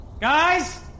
Guys